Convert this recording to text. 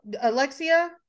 Alexia